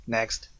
Next